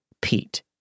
Pete